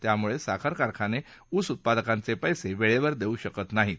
त्यामुळे साखर कारखाने ऊस उत्पादकांचे पैसे वेळेवर देऊ शकत नाहीत